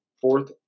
fourth